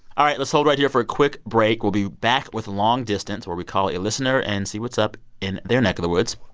all right, let's hold right here for a quick break. we'll be back with long distance, where we call a listener and see what's up in their neck of the woods.